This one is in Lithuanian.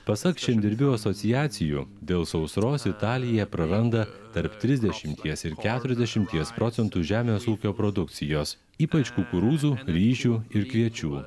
pasak žemdirbių asociacijų dėl sausros italija praranda tarp trisdešimties ir keturiasdešimties procentų žemės ūkio produkcijos ypač kukurūzų ryžių ir kviečių